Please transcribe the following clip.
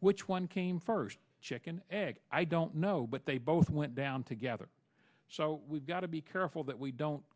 which one came first the chicken egg i don't know but they both went down together so we've got to be careful that we don't